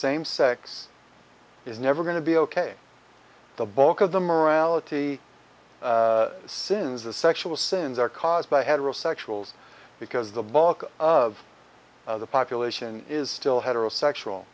same sex is never going to be ok the bulk of the morality sins the sexual sins are caused by heterosexuals because the bulk of the population is still heterosexual